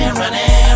running